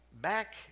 Back